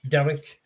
Derek